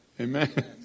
Amen